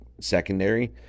secondary